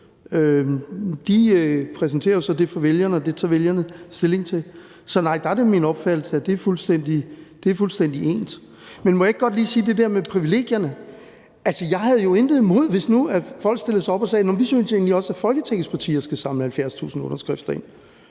præsenterer jo så det for vælgerne, og det tager vælgerne stilling til. Så nej, der er det min opfattelse, at det er fuldstændig ens. Men må jeg ikke godt lige sige til det der med privilegierne, at jeg jo intet havde imod, hvis nu folk stillede sig op og sagde: Nå men, vi synes egentlig også, at Folketingets partier skal samle 70.000 underskrifter ind.